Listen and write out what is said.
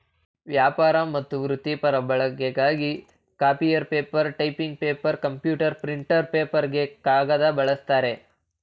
ವ್ಯಾಪಾರ ಮತ್ತು ವೃತ್ತಿಪರ ಬಳಕೆಗಾಗಿ copier paper typing paper computer printer ಪೇಪರ್ಗೆ ಕಾಗದ ಬಳಸ್ತಾರೆ